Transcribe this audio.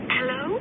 Hello